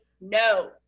no